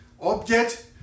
object